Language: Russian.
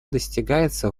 достигается